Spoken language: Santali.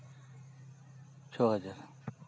ᱪᱷᱚ ᱦᱟᱡᱟᱨ